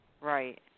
Right